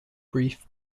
brief